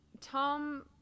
Tom